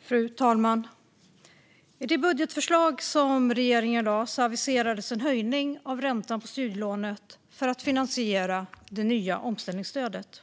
Fru talman! I det budgetförslag som regeringen lade fram aviserades en höjning av räntan på studielånet för att finansiera det nya omställningsstudiestödet.